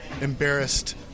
embarrassed